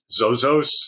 Zozos